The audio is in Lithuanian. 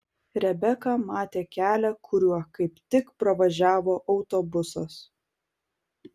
rebeka matė kelią kuriuo kaip tik pravažiavo autobusas